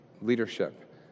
leadership